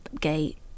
gate